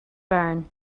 barn